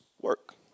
work